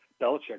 Belichick